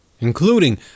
including